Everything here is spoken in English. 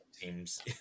teams